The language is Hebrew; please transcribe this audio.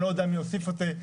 אני לא יודע מי הוסיף את זה.